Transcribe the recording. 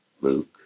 Luke